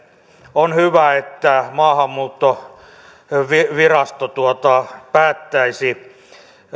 on hyvä että maahanmuuttovirasto päättäisi